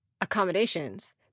accommodations